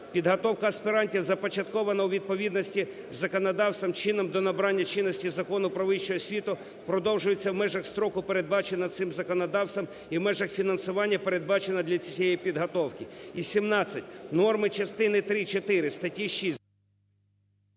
Підготовка аспірантів, започаткована у відповідності з законодавством, чинним до набрання чинності Закону "Про вищу освіту", продовжується в межах строку, передбаченого цим законодавством і в межах фінансування, передбаченого для цієї підготовки. І 17. Норми частини три і